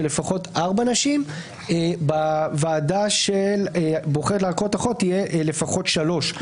לפחות ארבע נשים ובוועדה שבוחרת לערכאות אחרות יהיו לפחות שלוש.